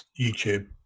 YouTube